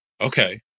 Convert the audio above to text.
okay